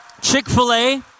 Chick-fil-A